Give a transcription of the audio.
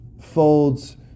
folds